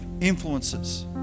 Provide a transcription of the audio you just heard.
influences